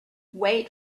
wait